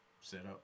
setup